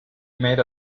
made